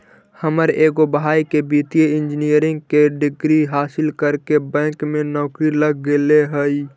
हमर एगो भाई के वित्तीय इंजीनियरिंग के डिग्री हासिल करके बैंक में नौकरी लग गेले हइ